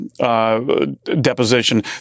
Deposition